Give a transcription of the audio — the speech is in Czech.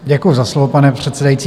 Děkuji za slovo, pane předsedající.